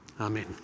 Amen